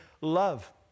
love